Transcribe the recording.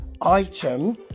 item